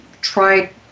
try